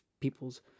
people's